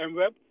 Mweb